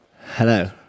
Hello